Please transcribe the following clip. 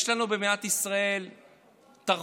יש לנו במדינת ישראל תרבות,